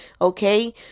Okay